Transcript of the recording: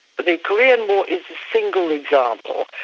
the korean war is a single example,